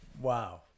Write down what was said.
wow